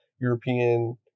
European